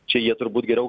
čia jie turbūt geriau